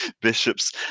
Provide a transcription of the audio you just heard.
Bishop's